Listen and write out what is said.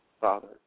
father